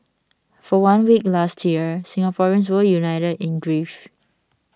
for one week last year Singaporeans were united in grief